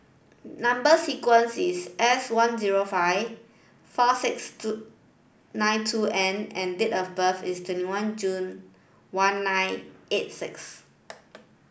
number sequence is S one zero five four six two nine two N and date of birth is twenty one June one nine eight six